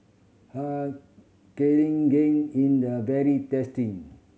Har Cheong Gai in the very tasty